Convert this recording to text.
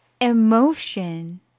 Emotion